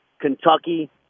Kentucky